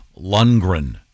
Lundgren